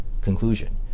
conclusion